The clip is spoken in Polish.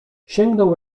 sięgnął